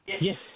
Yes